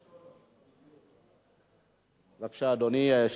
בבקשה, אדוני.